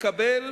תקבל